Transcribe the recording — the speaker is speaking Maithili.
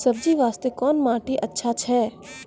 सब्जी बास्ते कोन माटी अचछा छै?